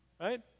right